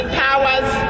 powers